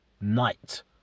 Night